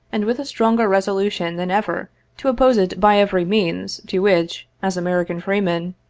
and with a stronger resolution than ever to oppose it by every means to which, as american freemen,